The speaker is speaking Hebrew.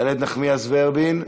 איילת נחמיאס ורבין,